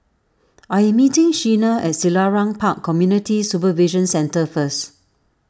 I am meeting Sheena at Selarang Park Community Supervision Centre first